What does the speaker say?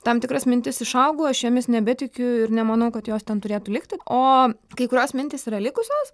tam tikras mintis išaugau aš jomis nebetikiu ir nemanau kad jos ten turėtų likti o kai kurios mintys yra likusios